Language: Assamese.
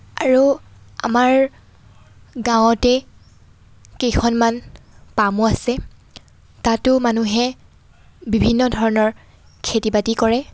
আৰু আমাৰ গাৱঁতেই কেইখনমান পামো আছে তাতো মানুহে বিভিন্ন ধৰণৰ খেতি বাতি কৰে